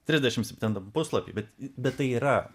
trisdešimt septintam puslapy bet bet tai yra